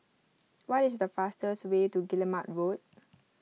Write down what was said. what is the fastest way to Guillemard Road